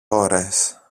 ώρες